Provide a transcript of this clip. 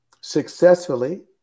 successfully